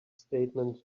statement